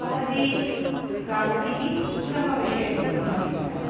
उपाधिप्राप्तिः उत्तमविषयः इति मम चिन्तनम्